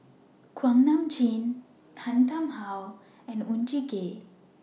Kuak Nam Jin Tan Tarn How and Oon Jin Gee